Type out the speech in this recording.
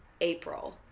April